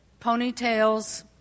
ponytails